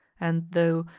and though,